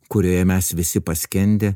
kurioje mes visi paskendę